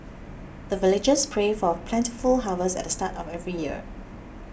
the villagers pray for plentiful harvest at the start of every year